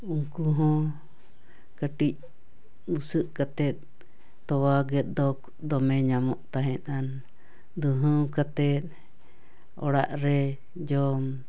ᱩᱱᱠᱩᱦᱚᱸ ᱠᱟᱹᱴᱤᱡ ᱵᱩᱥᱟᱹᱜ ᱠᱟᱛᱮᱫ ᱛᱳᱣᱟ ᱜᱮᱫ ᱫᱚ ᱫᱚᱢᱮ ᱧᱟᱢᱚᱜ ᱛᱟᱦᱮᱸ ᱟᱱᱟ ᱫᱩᱦᱟᱹᱣ ᱠᱟᱛᱮᱫ ᱚᱲᱟᱜ ᱨᱮ ᱡᱚᱢ